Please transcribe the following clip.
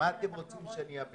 עשרה חודשים אין לכם